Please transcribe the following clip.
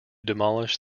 demolish